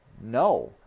no